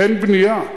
אין בנייה.